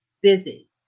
busy